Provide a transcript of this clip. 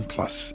Plus